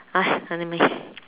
!huh! really meh